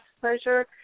pleasure